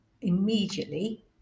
immediately